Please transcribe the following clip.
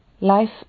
life